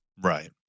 right